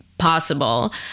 possible